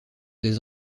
des